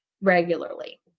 regularly